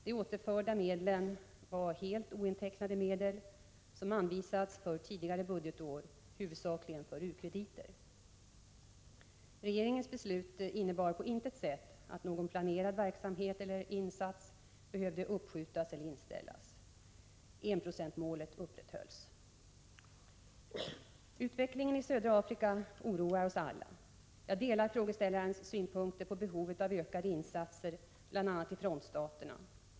De återförda medlen var helt ointecknade medel som anvisats för tidigare budgetår, huvudsakligen för u-krediter. Regeringens beslut innebar på intet sätt att någon planerad verksamhet eller insats behövde uppskjutas eller inställas. Enprocentsmålet upprätthålls. Utvecklingen i södra Afrika oroar oss alla. Jag delar frågeställarens synpunkter på behovet av ökade insatser bl.a. i frontstaterna.